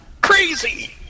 Crazy